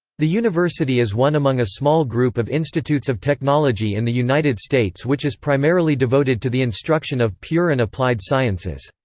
the university is one among a small group of institutes of technology in the united states which is primarily devoted to the instruction of pure and applied sciences.